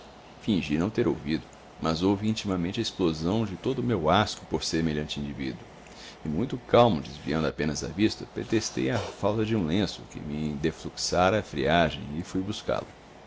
fingi não ter ouvido mas houve intimamente a explosão de todo o meu asco por semelhante indivíduo e muito calmo desviando apenas a vista pretextei a falta de um lenço que me endefluxara a friagem e fui buscá-lo